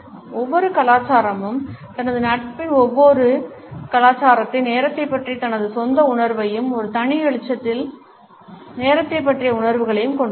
ஒவ்வொரு கலாச்சாரமும் தனது நட்பின் ஒவ்வொரு கலாச்சாரத்தையும் நேரத்தைப் பற்றிய தனது சொந்த உணர்வையும் ஒரு தனி வெளிச்சத்தில் நேரத்தைப் பற்றிய உணர்வையும் கொண்டுள்ளது